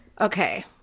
Okay